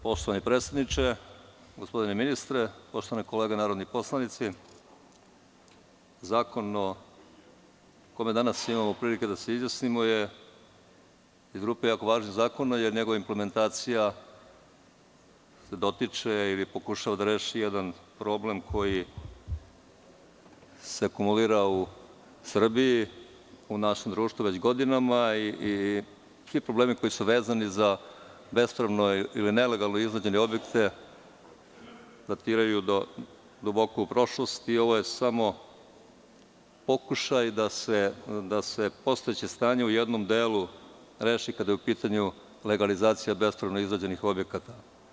Poštovani predsedniče, gospodine ministre, poštovane kolege narodni poslanici, zakon o kome danas imamo prilike da se izjasnimo je iz grupe jako važnih zakona, jer njegova implementacija se dotiče, ili pokušava da reši jedan problem koji se akumulira u Srbiji, u našem društvu već godinama i svi problemi koji su vezani za bespravno ili nelegalno izgrađene objekte datiraju do duboko u prošlost i ovo je samo pokušaj da se postojeće stanje u jednom delu reši kada je u pitanju legalizacija bespravno izgrađenih objekata.